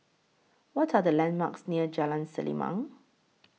What Are The landmarks near Jalan Selimang